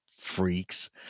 freaks